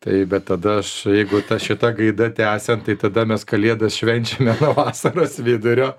taip bet tada aš jeigu ta šita gaida tęsiant tai tada mes kalėdas švenčiame nuo vasaros vidurio